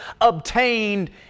obtained